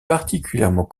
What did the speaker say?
particulièrement